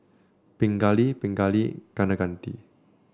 Pingali Pingali Kaneganti